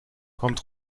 kommt